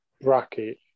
bracket